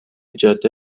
جاده